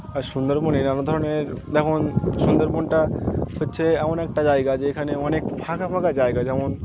আর সুন্দরবনের নানা ধরনের দেখুন সুন্দরবনটা হচ্ছে এমন একটা জায়গা যে এখানে অনেক ফাঁকা ফাঁকা জায়গা যেমন